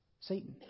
Satan